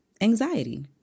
anxiety